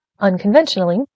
unconventionally